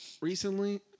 recently